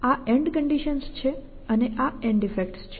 આ and conditions છે અને આ એન્ડ ઈફેક્ટ્સ છે